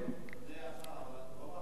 אדוני השר, אבל רוב הבעיות